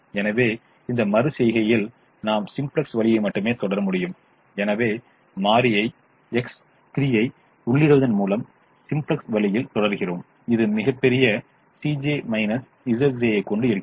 எனவே இந்த மறு செய்கையில் நாம் சிம்ப்ளக்ஸ் வழியை மட்டுமே தொடர முடியும் எனவே மாறி X3 ஐ உள்ளிடுவதன் மூலம் சிம்ப்ளக்ஸ் வழியில் தொடர்கிறோம் இது மிகப்பெரிய கொண்டு இருக்கிறது